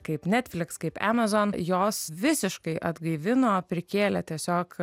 kaip netfliks kaip emazon jos visiškai atgaivino prikėlė tiesiog